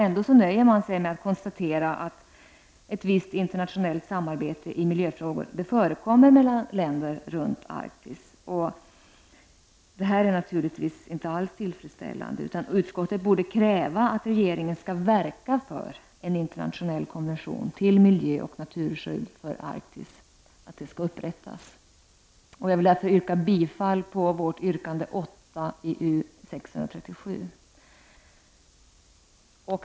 Ändå nöjer sig utskottet med att konstatera att ett visst samarbete i miljöfrågor förekommer mellan länder runt Arktis. Det är naturligtvis inte alls tillfredsställande, utan utskottet borde kräva att regeringen skall verka för att en internationell konvention till miljö och naturskydd för Arktis skall upprättas. Jag vill därför yrka bifall till yrkande 8 i motion U637.